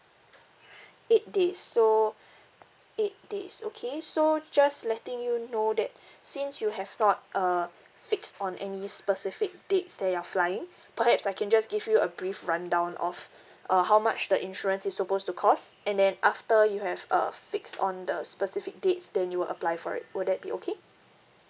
eight days so eight days okay so just letting you know that since you have not uh fix on any specific dates that you're flying perhaps I can just give you a brief rundown of uh how much the insurance is supposed to cost and then after you have uh fix on the specific dates then you will apply for it would that be okay